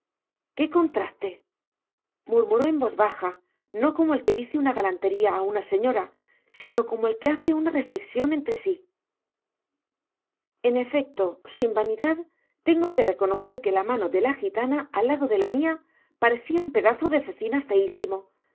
qué contraste murmuró en voz baja no como el que dice una galantería a una señora sino como el que hace una reflexión entre sí en efecto sin vanidad tengo que reconocer que la mano de la gitana al lado de la mía parecía un pedazo de cecina feísimo la